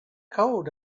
cold